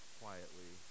quietly